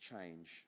change